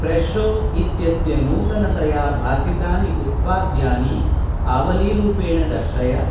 फ़ेशो इत्यस्य नूतनतया भासितानि उत्पाद्यानि आवलीरूपेण दर्शय